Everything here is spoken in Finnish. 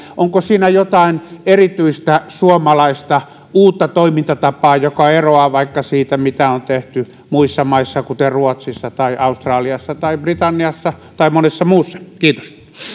jotain uutta erityistä suomalaista toimintatapaa joka eroaa vaikka siitä mitä on tehty muissa maissa kuten ruotsissa tai australiassa tai britanniassa tai monessa muussa kiitos